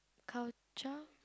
culture